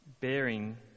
bearing